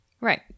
Right